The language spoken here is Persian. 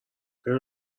ببین